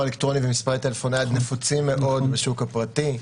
אלקטרוני ומספרי טלפון נייד נפוצים מאוד בשוק הפרטי.